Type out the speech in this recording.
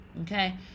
Okay